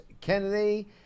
Kennedy